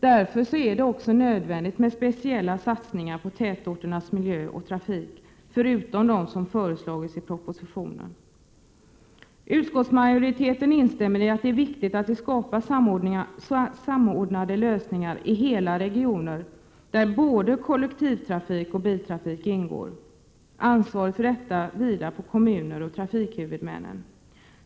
Därför är det nödvändigt med speciella satsningar på tätorternas miljö och trafik förutom de satsningar som har föreslagits i propositionen. Utskottsmajoriteten instämmer i att det är viktigt att det skapas samordnade lösningar i hela regioner, där både kollektivtrafik och biltrafik ingår. Ansvaret för detta vilar på kommunerna och trafikhuvudmännen.